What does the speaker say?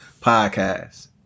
podcast